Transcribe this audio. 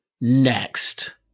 Next